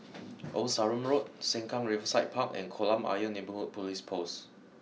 Old Sarum Road Sengkang Riverside Park and Kolam Ayer Neighbourhood Police Post